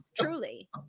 Truly